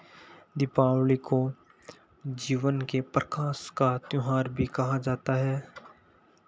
दीपावली को जीवन के प्रकाश का त्योहार भी कहा जाता है